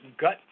gut